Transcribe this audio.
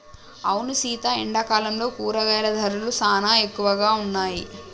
అవును సీత ఎండాకాలంలో కూరగాయల ధరలు సానా ఎక్కువగా ఉన్నాయి